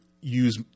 use